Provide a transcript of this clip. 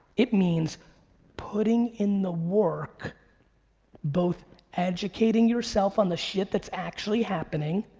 it means putting in the work both educating yourself on the shit that's actually happening,